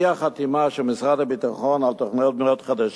אי-החתימה של משרד הביטחון על תוכניות בנייה חדשות